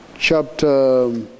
chapter